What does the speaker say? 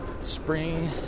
spring